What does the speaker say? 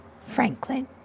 Franklin